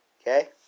Okay